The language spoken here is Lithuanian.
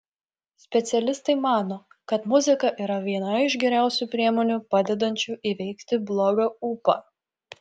specialistai mano kad muzika yra viena iš geriausių priemonių padedančių įveikti blogą ūpą